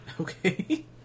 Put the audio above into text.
Okay